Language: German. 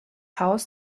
haus